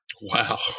wow